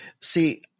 See